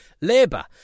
labour